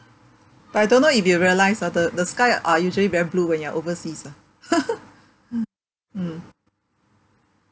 but I don't know if you realise ah the the sky are usually very blue when you are overseas ah mm